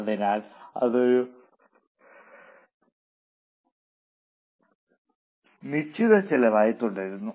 അതിനാൽ അതൊരു നിശ്ചിത ചെലവായി തുടരുന്നു